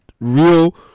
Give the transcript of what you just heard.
real